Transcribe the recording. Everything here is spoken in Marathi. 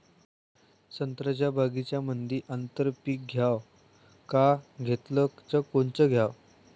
संत्र्याच्या बगीच्यामंदी आंतर पीक घ्याव का घेतलं च कोनचं घ्याव?